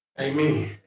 Amen